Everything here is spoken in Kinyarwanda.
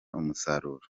umusaruro